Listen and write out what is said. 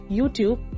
YouTube